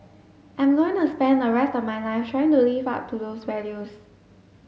I'm going to spend the rest of my life trying to live up to those values